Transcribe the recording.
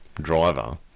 driver